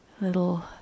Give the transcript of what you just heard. little